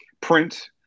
print